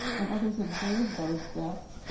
and others observed those deaths.